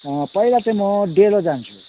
अँ पहिला चाहिँ म डेलो जान्छु